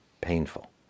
painful